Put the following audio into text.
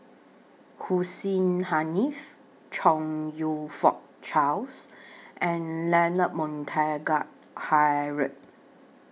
Hussein Haniff Chong YOU Fook Charles and Leonard Montague Harrod